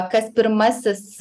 kas pirmasis